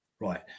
right